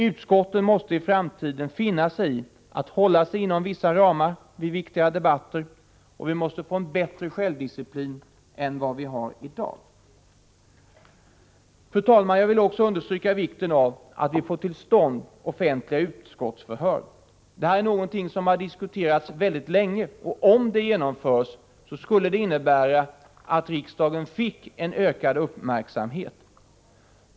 Utskotten måste i framtiden finna sig i att hålla sig inom vissa ramar vid viktigare debatter, och vi måste få en bättre självdisciplin än vad vi har i dag. Fru talman! Jag vill också understryka vikten av att vi får till stånd offentliga utskottsförhör. Det här är någonting som har diskuterats väldigt länge. Om det genomförs skulle det innebära att riksdagen fick en ökad uppmärksamhet.